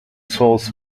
south